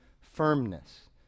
firmness